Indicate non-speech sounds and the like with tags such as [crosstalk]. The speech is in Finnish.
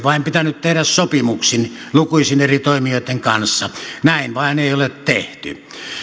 [unintelligible] vain pitänyt tehdä sopimuksin lukuisten eri toimijoitten kanssa näin vain ei ole tehty